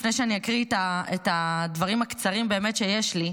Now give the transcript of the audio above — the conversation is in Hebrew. לפני שאקריא את הדברים הקצרים באמת שיש לי.